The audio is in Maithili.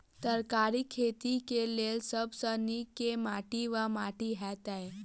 तरकारीक खेती केँ लेल सब सऽ नीक केँ माटि वा माटि हेतै?